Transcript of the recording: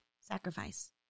Sacrifice